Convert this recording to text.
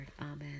amen